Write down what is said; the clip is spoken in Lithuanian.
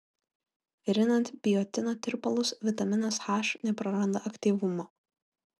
virinant biotino tirpalus vitaminas h nepraranda aktyvumo